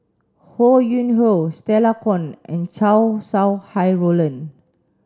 Ho Yuen Hoe Stella Kon and Chow Sau Hai Roland